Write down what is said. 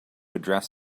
address